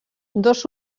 dos